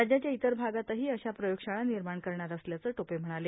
राज्याच्या इतर भागांतही अशा प्रयोगशाळा निर्माण करणार असल्याचं टोपे म्हणाले